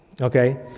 okay